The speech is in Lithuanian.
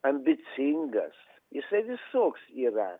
ambicingas jisai visoks yra